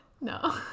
No